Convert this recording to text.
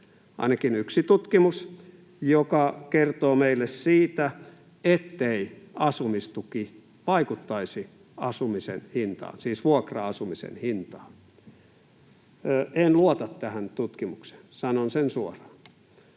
ainakin yksi tutkimus — joka kertoo meille, ettei asumistuki vaikuttaisi vuokra-asumisen hintaan. En luota tähän tutkimukseen. Sanon sen suoraan.